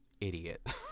idiot